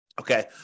Okay